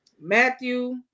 Matthew